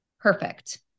perfect